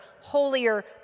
holier